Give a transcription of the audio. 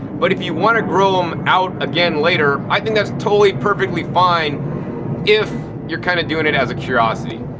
but if you want to grow them out again later i think that's totally perfectly fine if you're kind of doing it as a curiosity,